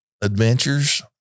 adventures